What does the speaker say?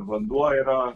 vanduo yra